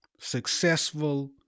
successful